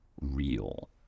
real